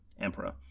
emperor